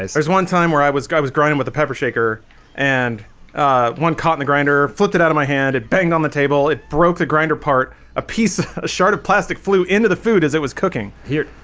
there's one time where i was i was grinding with a pepper shaker and one caught in the grinder flipped it out of my hand it banged on the table it broke the grinder part a piece a shard of plastic flew into the food as it was cooking here,